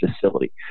facility